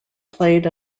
played